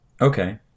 Okay